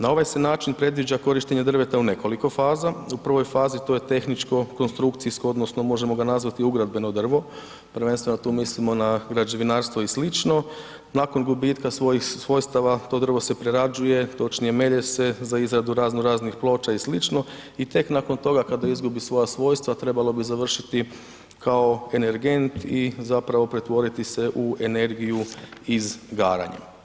Na ovaj se način predviđa korištenje drveta u nekoliko faza, u prvoj fazi to je tehničko konstrukcijsko odnosno možemo ga nazvati ugradbeno drvo, prvenstveno tu mislimo na građevinarstvo i slično, nakon gubitka svojih svojstava to drvo se prerađuje, točnije melje se za izradu razno raznih ploča i slično i tek nakon toga kad izgubi svoja svojstva trebalo bi završiti kao energent i zapravo pretvoriti se u energiju izgaranja.